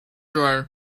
dryer